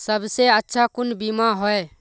सबसे अच्छा कुन बिमा होय?